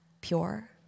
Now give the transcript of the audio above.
pure